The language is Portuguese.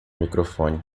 microfone